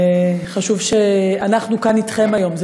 חשוב שאנחנו כאן אתכם היום,